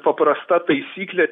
paprasta taisyklė